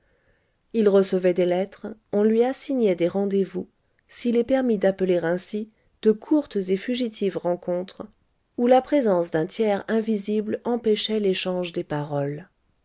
il recevait des lettres on lui assignait des rendez-vous s'il est permis d'appeler ainsi de courtes et fugitives rencontres où la présence d'un tiers invisible empêchait l'échange des paroles